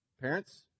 Parents